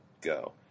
go